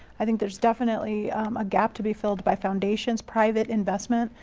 i think there's definitely a gap to be filled by foundations' private investment.